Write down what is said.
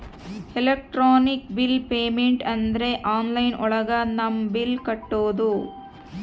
electronic bill payment ಅಂದ್ರೆ online ಒಳಗ ನಮ್ ಬಿಲ್ ಕಟ್ಟೋದು